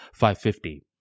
$550